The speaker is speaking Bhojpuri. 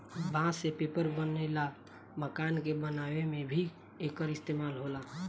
बांस से पेपर बनेला, मकान के बनावे में भी एकर इस्तेमाल होला